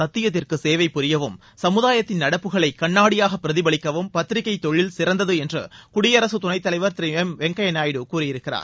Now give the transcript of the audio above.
சத்தியத்திற்கு சேவை புரியவும் சமுதாயத்தின் நடப்புகளை கண்ணாடியாக பிரதிபலிக்கவும் பத்திரிகைத் தொழில் சிறந்தது என்று குடியரசு துணைத் தலைவர் திரு எம் வெங்கையா நாயுடு கூறியிருக்கிறார்